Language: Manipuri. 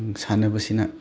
ꯁꯥꯟꯅꯕꯁꯤꯅ